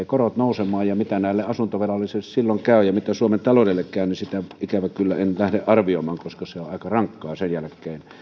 korot lähtevät nousemaan ja mitä näille asuntovelallisille silloin käy ja miten suomen taloudelle käy niin sitä ikävä kyllä en lähde arvioimaan koska se on aika rankkaa sen jälkeen